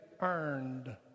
earned